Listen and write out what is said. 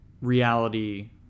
reality